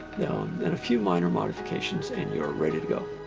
now then a few minor modifications and you are ready to go.